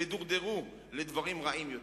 ודורדרו לדברים רעים יותר.